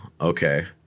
Okay